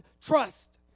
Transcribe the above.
trust